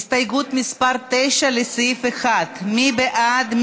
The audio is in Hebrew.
הסתייגות מס' 9, לסעיף 1. מי בעד?